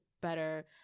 better